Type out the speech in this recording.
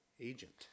agent